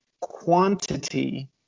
quantity